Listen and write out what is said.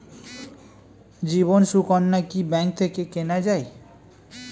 জীবন সুকন্যা কি ব্যাংক থেকে কেনা যায়?